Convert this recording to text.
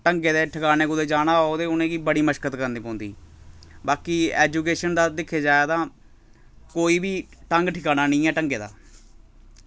ढंगै दे ठिकानै कु'दै जाना होग ते उ'नेंगी बड़ी मशक्कत करनी पौंदी बाकी ऐजूकेशन दा दिक्खे जाए तां कोई बी ढंग ठिकाना निं ऐ ढंगै दा